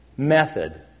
method